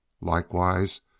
likewise